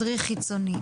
מדריך חיצוני,